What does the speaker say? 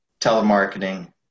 telemarketing